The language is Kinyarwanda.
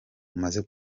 umaze